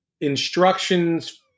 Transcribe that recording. instructions